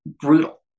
brutal